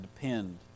depend